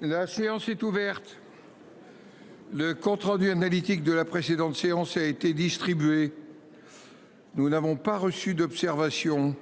La séance est ouverte. Le compte rendu analytique de la précédente séance a été distribué. Nous n'avons pas reçu d'observation.